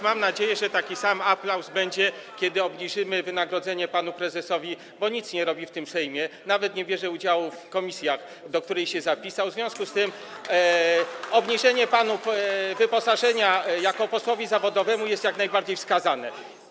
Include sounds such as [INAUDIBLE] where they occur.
Mam nadzieję, że taki sam aplauz będzie, kiedy obniżymy wynagrodzenie panu prezesowi, bo nic nie robi w tym Sejmie, nawet nie bierze udziału w pracach komisji, do której się zapisał, w związku z tym [APPLAUSE] obniżenie panu uposażenia jako posłowi zawodowemu jest jak najbardziej wskazane.